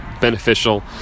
beneficial